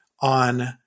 on